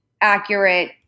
accurate